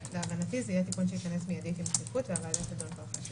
להבנתי זה יהיה תיקון שייכנס מיידית עם דחיפות והוועדה תדון בו.